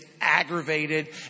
aggravated